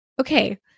okay